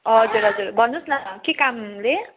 हजुर हजुर भन्नुहोस् न के कामले